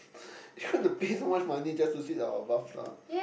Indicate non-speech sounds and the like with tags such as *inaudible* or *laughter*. *breath* you want to pay so much money just to sit on a bath tub